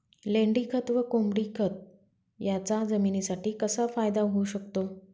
लेंडीखत व कोंबडीखत याचा जमिनीसाठी कसा फायदा होऊ शकतो?